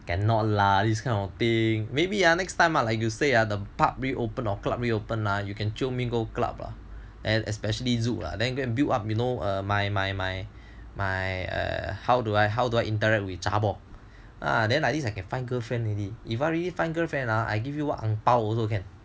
cannot lah this kind of thing maybe next time lah like you will say ah the pub reopen or club reopen lah you can jio me go club and especially Zouk then go and build up you know ah my my how do I how do I interact with zhabor ah then like this I can find girlfriend already if I really find girlfriend ah I give you one ang bao also can